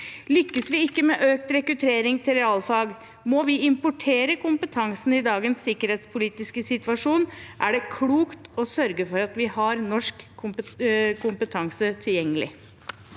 Lykkes vi ikke med økt rekruttering til realfag, må vi importere kompetansen. I dagens sikkerhetspolitiske situasjon er det klokt å sørge for at vi har norsk kompetanse tilgjengelig.